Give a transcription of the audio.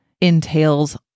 entails